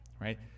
right